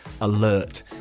alert